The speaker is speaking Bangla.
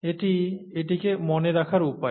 এটি এটিকে মনে রাখার উপায়